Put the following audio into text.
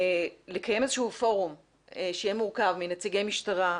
לקיים איזה שהוא פורום שיהיה מורכב מנציגי משטרה,